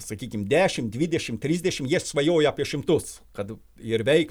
sakykim dešimt dvidešimt trisdešimt svajojo apie šimtus kad ir veiktų